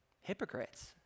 hypocrites